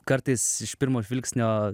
kartais iš pirmo žvilgsnio